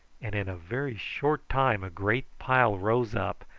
and in a very short time a great pile rose up,